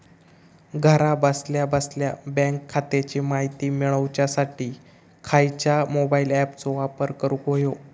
घरा बसल्या बसल्या बँक खात्याची माहिती मिळाच्यासाठी खायच्या मोबाईल ॲपाचो वापर करूक होयो?